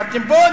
הכרתם בו,